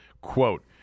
Quote